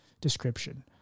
description